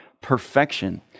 perfection